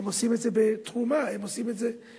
הם עושים את זה בתרומה, הם עושים את זה בהתנדבות.